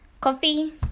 Coffee